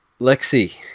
Lexi